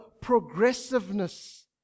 progressiveness